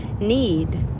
need